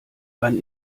wann